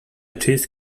cheese